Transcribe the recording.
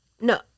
no